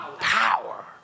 power